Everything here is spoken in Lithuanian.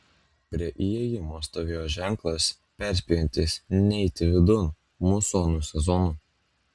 prie įėjimo stovėjo ženklas perspėjantis neiti vidun musonų sezonu